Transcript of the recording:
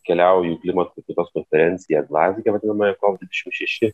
keliauju į klimato kaitos konferenciją glazge vadinamąją kop dvidešimt šeši